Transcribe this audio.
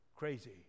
crazy